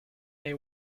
they